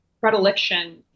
predilection